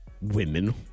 Women